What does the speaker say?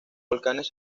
volcanes